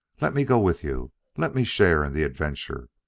let me go with you let me share in the adventure.